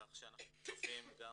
כך שאנחנו צופים גם